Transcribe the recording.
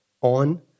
on